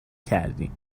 کردی